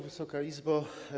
Wysoka Izbo!